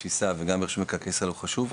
כתפיסה וגם ברשות מקרקעי ישראל הוא חשוב.